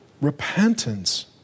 Repentance